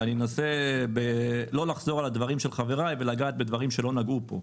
אני אנסה לא לחזור על הדברים ולגעת בדברים שלא נגעו פה.